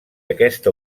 aquesta